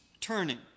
turning